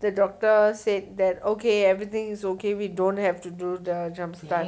the doctor said that okay everything is okay we don't have to do the jump start